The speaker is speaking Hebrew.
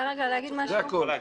זה הכל.